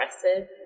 aggressive